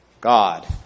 God